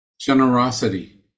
Generosity